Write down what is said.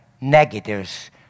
negatives